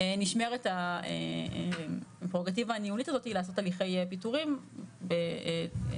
נשמרת הפררוגטיבה הניהולית הזאתי לעשות הליכי פיטורין על